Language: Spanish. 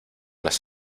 las